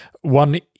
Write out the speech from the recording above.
One